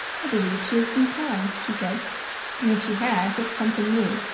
i believe she has been crying, she said. and if she has, it's something new,